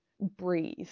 breathe